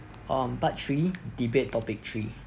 um part three debate topic three